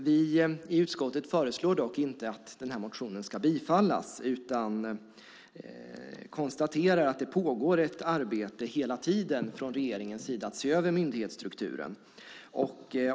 Vi i utskottet tillstyrker dock inte motionen, utan vi konstaterar att det hela tiden från regeringens sida pågår ett arbete med att se över myndighetsstrukturen.